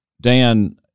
Dan